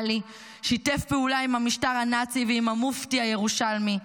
עאלי שיתף פעולה עם המשטר הנאצי ועם המופתי הירושלמי,